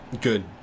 Good